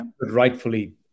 rightfully